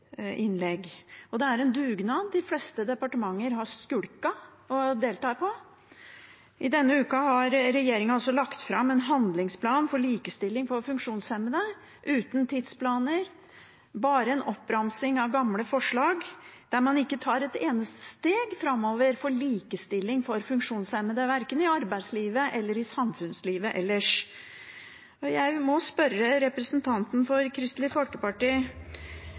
innlegg, og det er en dugnad de fleste departementer har skulket deltakelsen på. I denne uka har regjeringen også lagt fram en handlingsplan for likestilling for funksjonshemmede uten tidsplaner, bare en oppramsing av gamle forslag der man ikke tar et eneste steg framover for likestilling for funksjonshemmede, verken i arbeidslivet eller i samfunnslivet ellers. Jeg må spørre representanten for Kristelig Folkeparti: